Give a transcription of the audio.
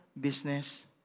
business